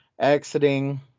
exiting